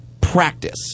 practice